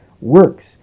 works